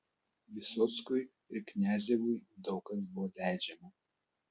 vysockui ir kniazevui daug kas buvo leidžiama